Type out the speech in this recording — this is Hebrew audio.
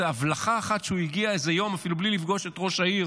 איזו הבלחה אחת שהוא הגיע איזה יום מבלי לפגוש את ראש העיר